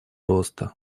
роста